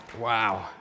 Wow